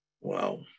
Wow